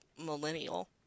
millennial